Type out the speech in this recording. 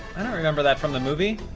i don't remember that from the movie.